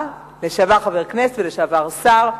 ולשעבר שר,